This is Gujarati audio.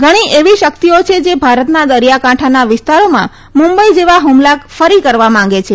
ઘણી એવી શક્તિઓ જે ભારતના દરિયાકાંઠાના વિસ્તારોમાં મુંબઇ જેવા હુમલા કરી કરવા માંગે છે